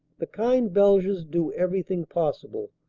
the kind beiges do everything possible,